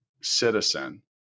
citizen